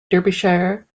derbyshire